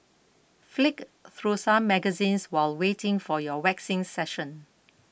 flick through some magazines while waiting for your waxing session